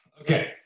Okay